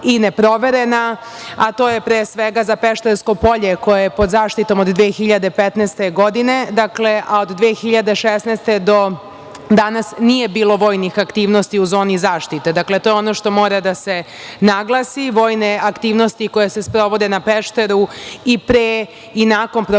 i neproverena, a to je, pre svega, za Peštersko polje, koje je pod zaštitom od 2015. godine, a od 2016. godine do danas nije bilo vojnih aktivnosti u zoni zaštite. Dakle, to je ono što mora da se naglasi. Vojne aktivnosti koje se sprovode na Pešteru i pre i nakon proglašenja